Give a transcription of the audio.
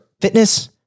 fitness